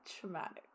traumatic